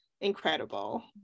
incredible